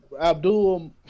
Abdul